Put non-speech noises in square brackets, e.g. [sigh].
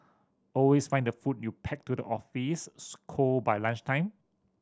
always find the food you pack to the office [unintelligible] cold by lunchtime